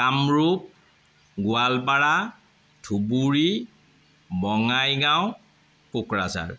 Kamrup Goalpara Dhubri Bongaigaon Kokrajhar